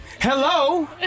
Hello